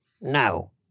No